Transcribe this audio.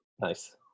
Nice